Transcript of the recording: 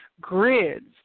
grids